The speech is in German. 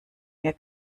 mir